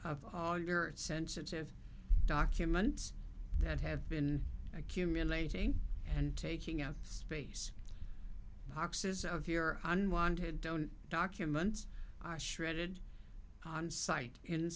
of all your sensitive documents that have been accumulating and taking out the space boxes of your unwanted don't documents shredded on site in